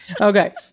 Okay